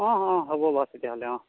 অ অ হ'ব বাৰু তেতিয়াহ'লে অ